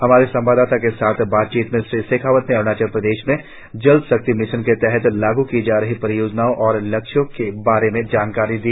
हमारे संवादादता के साथ बातचीत में श्री शेखावत ने अरुणाचल प्रदेश मे जल शक्ति मिशन के तहत लाग् की जा रही परियोजनाओ और लक्ष्यों के बारे में जानकारी दी